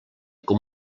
com